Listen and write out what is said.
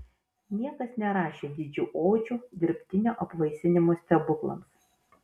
niekas nerašė didžių odžių dirbtinio apvaisinimo stebuklams